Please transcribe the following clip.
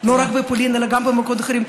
לא רק בפולין אלא גם במקומות אחרים,